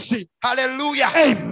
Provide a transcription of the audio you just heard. Hallelujah